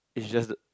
it's just